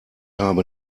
habe